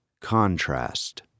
contrast